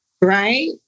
right